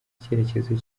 icyerekezo